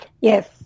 Yes